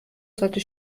sollte